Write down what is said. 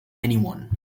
anyone